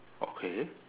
okay